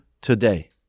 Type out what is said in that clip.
today